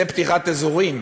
זו פתיחת אזורים.